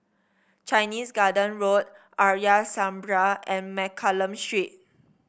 Chinese Garden Road Arya Samaj and Mccallum Street